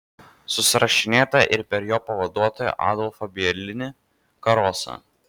susirašinėta ir per jo pavaduotoją adolfą bielinį karosą